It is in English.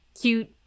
cute